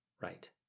right